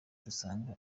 dusanga